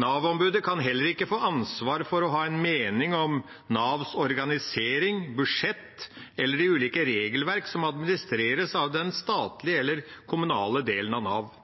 Nav-ombudet kan heller ikke få ansvar for å ha en mening om Navs organisering, budsjett eller de ulike regelverk som administreres av den statlige eller kommunale delen av Nav.